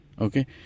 okay